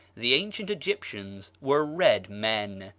the ancient egyptians were red men.